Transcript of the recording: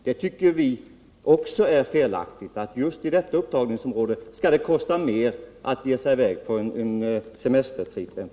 Vi tycker det är felaktigt att det just i detta upptagningsområde skall kosta mer än på andra orter att ge sig i väg på en semestertripp.